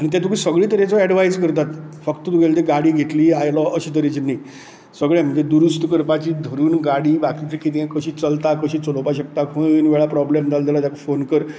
आनी ते तुका सगळें तरेचो एडवाइज करता फक्त तुगेली ती गाडी घेतली आयलो अशें तरेचें न्ही सगळें म्हणजें दुरुस्त करपी धरून गाडी बाकीचें कितें कशी चलता कशी चलोवपाक शकता खंय वेळा प्रोब्लम जालो जाल्यार तेका फोन कर